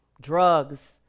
drugs